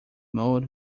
mode